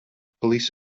police